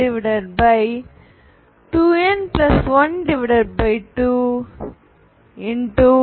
32